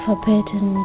Forbidden